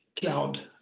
cloud